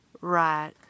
right